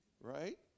right